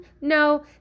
No